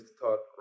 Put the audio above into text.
thought